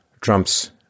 Trump's